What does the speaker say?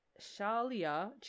Shalia